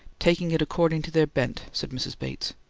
taking it according to their bent, said mrs. bates.